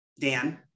Dan